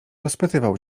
rozpytywał